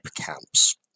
camps